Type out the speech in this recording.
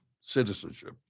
citizenship